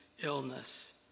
illness